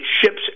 ships